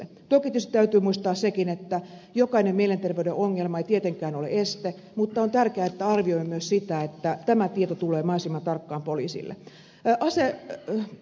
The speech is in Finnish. toki tietysti täytyy muistaa sekin että jokainen mielenterveyden ongelma ei tietenkään ole este mutta on tärkeää että arvioimme myös sitä että tämä tieto tulee mahdollisimman tarkkaan poliisille